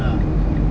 ah